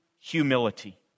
humility